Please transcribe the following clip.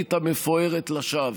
הישראלית המפוארת לשווא.